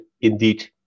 indeed